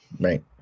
Right